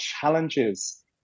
challenges